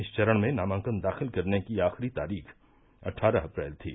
इस चरण में नामांकन दाखिल करने की आखिरी तारीख अट्ठारह अप्रैल थी